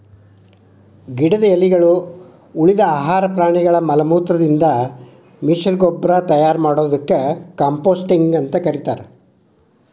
ಗಿಡದ ಎಲಿಗಳು, ಉಳಿದ ಆಹಾರ ಪ್ರಾಣಿಗಳ ಮಲಮೂತ್ರದಿಂದ ಮಿಶ್ರಗೊಬ್ಬರ ಟಯರ್ ಮಾಡೋದಕ್ಕ ಕಾಂಪೋಸ್ಟಿಂಗ್ ಅಂತ ಕರೇತಾರ